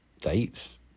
dates